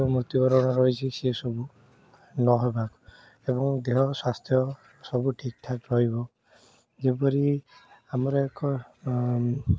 ମୃତ୍ୟୁବରଣ ଅଛି ସେ ସବୁ ନ ହେବାକୁ ଏବଂ ଦେହ ସ୍ୱାସ୍ଥ୍ୟ ସବୁ ଠିକଠାକ୍ ରହିବ ଯେପରି ଆମର ଏକ